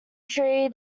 tree